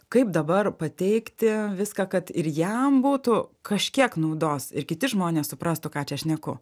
kaip dabar pateikti viską kad ir jam būtų kažkiek naudos ir kiti žmonės suprastų ką čia šneku